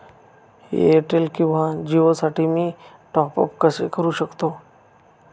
Airtel किंवा जिओसाठी मी टॉप ॲप कसे करु शकतो?